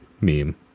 meme